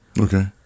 okay